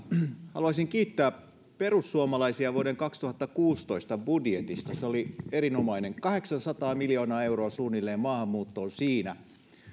haluaisin kiittää perussuomalaisia vuoden kaksituhattakuusitoista budjetista se oli erinomainen kahdeksansataa miljoonaa euroa suunnilleen tuli maahanmuuttoon siinä